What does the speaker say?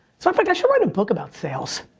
sort of like i should write a book about sales.